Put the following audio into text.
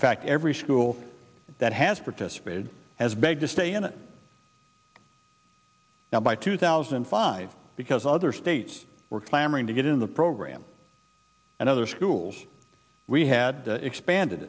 in fact every school that has participated has begged to stay in it now by two thousand and five because other states were clamoring to get in the program and other schools we had expanded